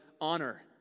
honor